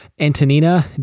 Antonina